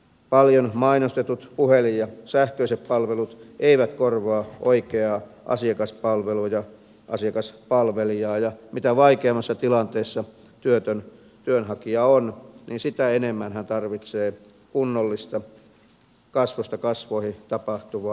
paljon mainostetut puhelin ja sähköiset palvelut eivät korvaa oikeaa asiakaspalvelua ja asiakaspalvelijaa ja mitä vaikeammassa tilanteessa työtön työnhakija on niin sitä enemmän hän tarvitsee kunnollista kasvoista kasvoihin tapahtuvaa asiakaspalvelua